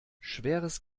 schweres